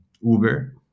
Uber